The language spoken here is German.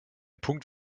punkt